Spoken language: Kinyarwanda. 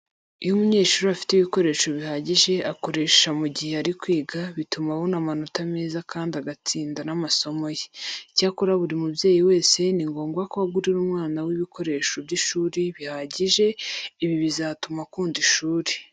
Iyo umunyeshuri afite ibikoresho bihagije akoresha mu gihe ari kwiga bituma abona amanota meza kandi agatsinda n'amasomo ye. Icyakora buri mubyeyi wese ni ngombwa ko agurira umwana we ibikoresho by'ishuri bihagije, ibi bizatuma akunda ishuri.